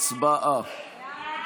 הצבעה.